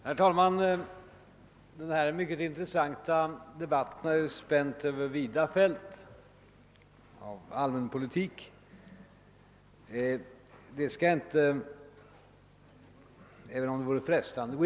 Herr talman! Den mycket intressanta debatt som förts har spänt över vida fält av allmänpolitik, men det skall jag inte gå in på, även om det vore frestande.